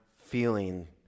feeling